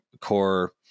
core